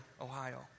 Ohio